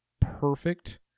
perfect